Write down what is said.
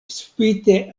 spite